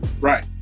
right